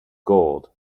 gold